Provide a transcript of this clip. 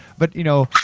but you know.